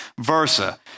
versa